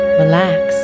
relax